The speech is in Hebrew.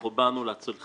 אנחנו באנו להציל חיים.